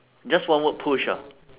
just one word push ah